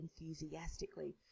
enthusiastically